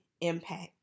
impact